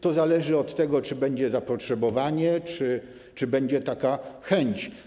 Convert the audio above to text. To zależy od tego, czy będzie zapotrzebowanie, czy będzie taka chęć.